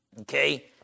Okay